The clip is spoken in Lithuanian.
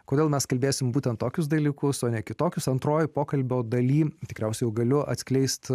kodėl mes kalbėsime būtent tokius dalykus o ne kitokius antroji pokalbio dalyje tikriausiai galiu atskleisti